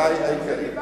רבותי היקרים,